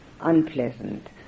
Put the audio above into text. unpleasant